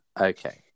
Okay